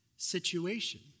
situation